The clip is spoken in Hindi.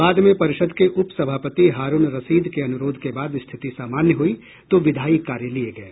बाद में परिषद के उप सभापति हारूण रसीद के अनुरोध के बाद स्थिति सामान्य हुई तो विधायी कार्य लिये गये